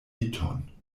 liton